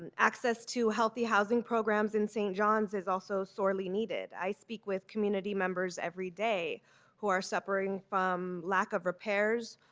and access to healthy housing programs in st. john's is also sorely needed. i speak with community members every day who are suffering from lack of repairs,